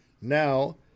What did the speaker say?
Now